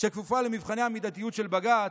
שכפופה למבחני המידתיות של בג"ץ,